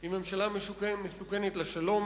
היא ממשלה מסוכנת לשלום,